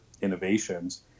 innovations